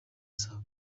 saa